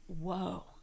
whoa